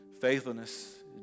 faithfulness